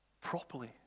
properly